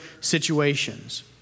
situations